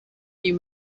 you